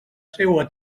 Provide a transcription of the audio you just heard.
seua